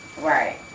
Right